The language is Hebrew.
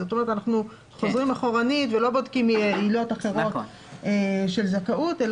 זאת אומרת אנחנו חוזרים אחורה ולא בודקים עילות אחרות של זכאות.